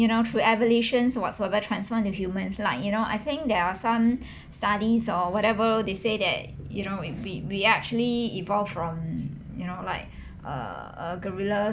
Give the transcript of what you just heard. you know through evolutions or whatsoever transform to humans like you know I think there are some studies or whatever they say that you know if we we actually evolved from you know like uh a gorilla